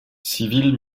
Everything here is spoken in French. civil